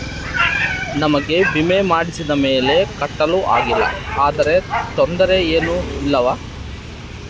ನಮಗೆ ವಿಮೆ ಮಾಡಿಸಿದ ಮೇಲೆ ಕಟ್ಟಲು ಆಗಿಲ್ಲ ಆದರೆ ತೊಂದರೆ ಏನು ಇಲ್ಲವಾ?